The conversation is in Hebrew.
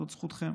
זו זכותכם